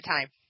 time